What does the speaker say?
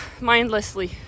mindlessly